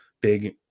big